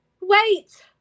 Wait